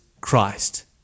Christ